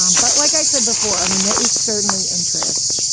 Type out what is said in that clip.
um but like i said before, i mean, there is certainly interest.